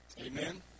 Amen